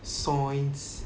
science